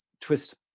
twist